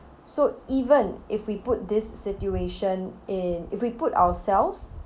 so even if we put this situation in if we put ourselves